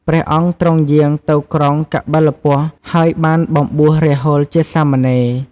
ព្រះអង្គទ្រង់យាងទៅក្រុងកបិលពស្តុ ហើយបានបំបួសរាហុលជាសាមណេរ។